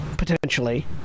Potentially